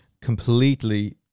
Completely